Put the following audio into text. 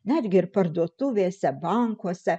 netgi ir parduotuvėse bankuose